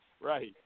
right